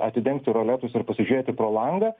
atidengti roletus ir pasižiūrėti pro langą